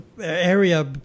area